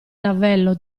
lavello